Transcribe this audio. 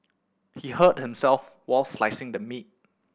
he hurt himself while slicing the meat